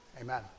Amen